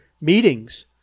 meetings